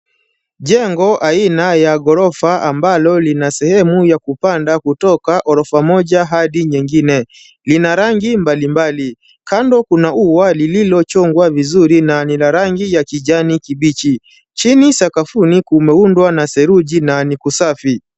Jengo aina ya ghorofa ambalo lina sehemu ya kupanda kutoka ghorofa moja hadi nyingine. Lina rangi mbali mbali. Kando kuna ua lililochongwa vizuri na ni la rangi ya kijani kibichi. Chini sakafuni kumeundwa na seruji na ni kusafi.